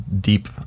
deep